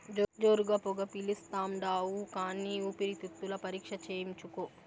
జోరుగా పొగ పిలిస్తాండావు కానీ ఊపిరితిత్తుల పరీక్ష చేయించుకో